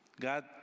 God